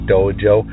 Dojo